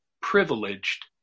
privileged